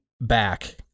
back